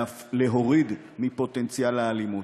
להוריד את פוטנציאל האלימות.